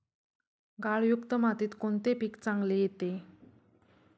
गाळयुक्त मातीत कोणते पीक चांगले येते?